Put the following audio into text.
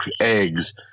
eggs